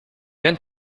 went